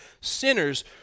sinners